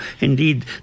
Indeed